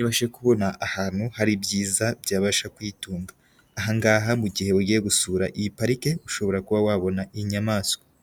ibashe kubona ahantu hari ibyiza byabasha kuyitunga. Aha ngaha mu gihe ugiye gusura iyi parike ushobora kuba wabona iyi nyamaswa.